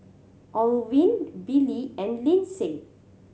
Olivine Billie and Lindsay